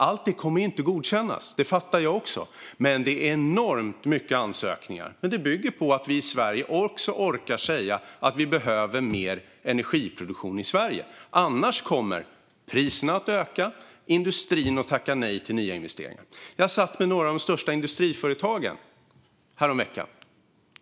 Allting kommer ju inte att godkännas - det fattar jag också - men det är enormt många ansökningar. Det bygger dock på att vi i Sverige också orkar säga att vi behöver mer energiproduktion i landet. Annars kommer priserna att öka och industrin att tacka nej till nya investeringar. Jag satt med några av de största industriföretagen häromveckan.